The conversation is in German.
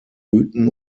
mythen